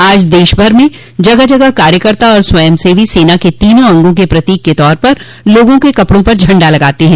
आज दशभर में जगह जगह कार्यकर्ता और स्वयंसेवी सेना के तीनों अंगों के प्रतीक के तौर पर लोगों के कपड़ों पर झंड़ा लगाते हैं